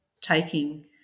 taking